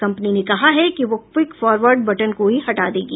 company ने कहा है कि वह क्विक फॉरवार्ड बटन को ही हटा देगी